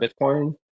bitcoin